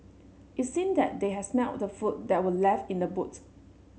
it seemed that they had smelt the food that were left in the boot